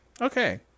Okay